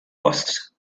costs